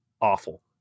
awful